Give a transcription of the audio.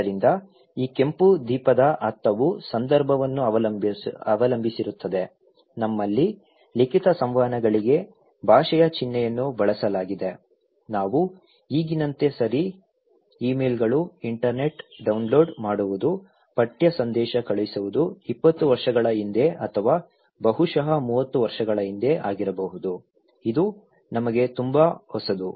ಆದ್ದರಿಂದ ಈ ಕೆಂಪು ದೀಪದ ಅರ್ಥವು ಸಂದರ್ಭವನ್ನು ಅವಲಂಬಿಸಿರುತ್ತದೆ ನಮ್ಮಲ್ಲಿ ಲಿಖಿತ ಸಂವಹನಗಳಿಗೆ ಭಾಷೆಯ ಚಿಹ್ನೆಯನ್ನು ಬಳಸಲಾಗಿದೆ ನಾವು ಈಗಿನಂತೆ ಸರಿ ಇಮೇಲ್ಗಳು ಇಂಟರ್ನೆಟ್ ಡೌನ್ಲೋಡ್ ಮಾಡುವುದು ಪಠ್ಯ ಸಂದೇಶ ಕಳುಹಿಸುವುದು 20 ವರ್ಷಗಳ ಹಿಂದೆ ಅಥವಾ ಬಹುಶಃ 30 ವರ್ಷಗಳ ಹಿಂದೆ ಆಗಿರಬಹುದು ಇದು ನಮಗೆ ತುಂಬಾ ಹೊಸದು